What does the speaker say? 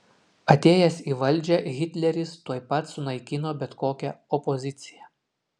atėjęs į valdžią hitleris tuoj pat sunaikino bet kokią opoziciją